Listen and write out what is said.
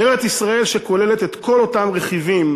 ארץ-ישראל שכוללת את כל אותם רכיבים